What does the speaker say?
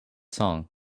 song